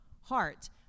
heart